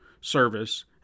service